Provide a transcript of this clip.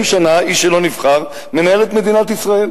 40 שנה איש שלא נבחר מנהל את מדינת ישראל,